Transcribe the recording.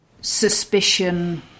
suspicion